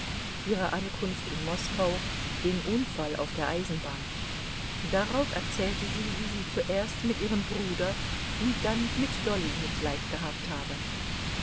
ihre ankunft in moskau den unfall auf der eisenbahn darauf erzählte sie wie sie zuerst mit ihrem bruder und dann mit dolly mitleid gehabt habe